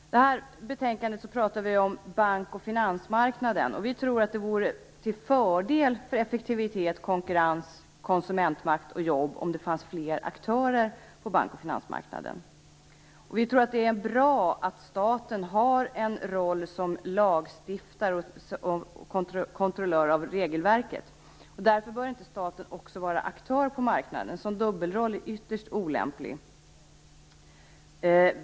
Det här betänkandet handlar om bank och finansmarknaden. Vi tror att det vore till fördel för effektivitet, konkurrens, konsumentmakt och jobb om det fanns fler aktörer på bank och finansmarknaden. Vi tror att det är bra att staten har en roll som lagstiftare och kontrollör av regelverket. Därför bör inte staten också vara aktör på marknaden. En sådan dubbelroll är ytterst olämplig.